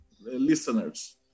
listeners